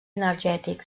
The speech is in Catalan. energètic